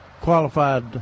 qualified